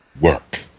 work